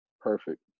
Perfect